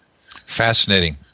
Fascinating